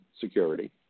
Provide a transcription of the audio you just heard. Security